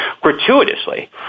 gratuitously